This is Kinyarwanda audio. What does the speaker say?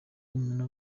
umuntu